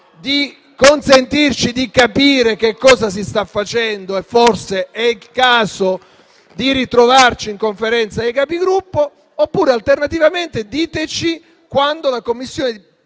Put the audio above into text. di consentirci di capire che cosa si sta facendo: forse è il caso di ritrovarci in Conferenza dei Capigruppo; oppure, alternativamente, diteci quando la Commissione